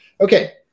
Okay